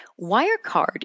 Wirecard